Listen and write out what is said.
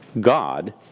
God